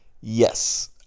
Yes